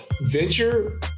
venture